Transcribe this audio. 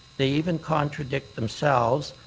they even contradict themselves.